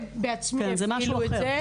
"בעצמי" --- כן, זה משהו אחר.